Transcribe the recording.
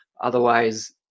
Otherwise